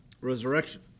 Resurrection